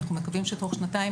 אנחנו מקווים שתוך שנתיים,